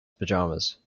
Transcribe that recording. pajamas